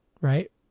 right